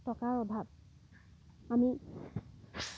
টকাৰ অভাৱ আমি